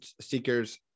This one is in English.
seekers